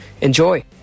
Enjoy